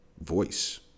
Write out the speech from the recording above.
voice